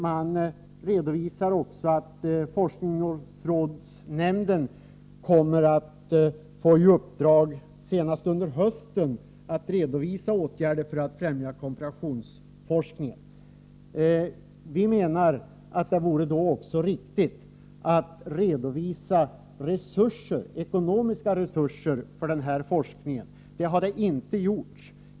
Det redovisas också att forskningsrådsnämnden senast under hösten kommer att få i uppdrag att redovisa åtgärder för att främja kooperationsforskningen. Vi menar att det då vore riktigt att anvisa ekonomiska resurser för den här forskningen, vilket inte har gjorts.